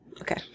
Okay